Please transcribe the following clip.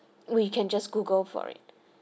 we can just google for it